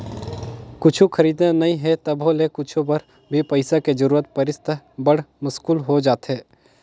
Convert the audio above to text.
कुछु खरीदना नइ हे तभो ले कुछु बर भी पइसा के जरूरत परिस त बड़ मुस्कुल हो जाथे